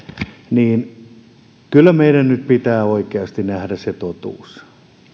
kyllä meidän nyt pitää oikeasti nähdä se totuus